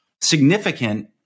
significant